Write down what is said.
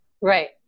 right